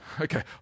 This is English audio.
Okay